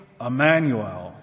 Emmanuel